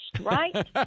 right